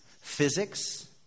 physics